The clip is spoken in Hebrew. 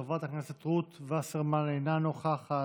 חברת הכנסת רות וסרמן, אינה נוכחת,